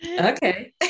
okay